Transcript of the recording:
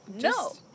No